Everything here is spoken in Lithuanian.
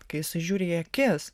kai jisai žiūri į akis